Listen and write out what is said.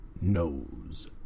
knows